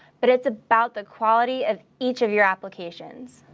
but it's about the quality of each of your applications.